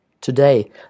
Today